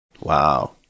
Wow